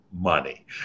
money